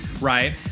Right